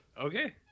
Okay